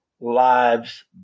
lives